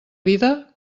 vida